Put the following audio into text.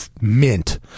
mint